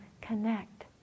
connect